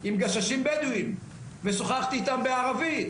עם גששים בדואים ושוחחתי איתם בערבית,